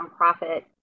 nonprofit